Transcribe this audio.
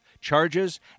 charges